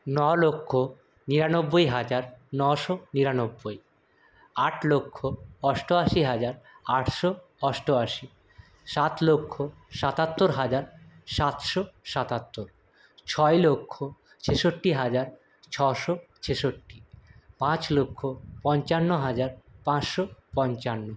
ন লক্ষ নিরানব্বই হাজার নশো নিরানব্বই আট লক্ষ অষ্টআশি হাজার আটশো অষ্টআশি সাত লক্ষ সাতাত্তর হাজার সাতশো সাতাত্তর ছয় লক্ষ ছেষট্টি হাজার ছশো ছেষট্টি পাঁচ লক্ষ পঞ্চান্ন হাজার পাঁচশো পঞ্চান্ন